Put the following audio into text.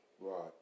Right